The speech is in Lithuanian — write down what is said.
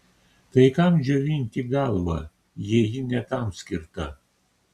tai kam džiovinti galvą jei ji ne tam skirta